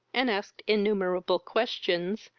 and asked innumerable questions,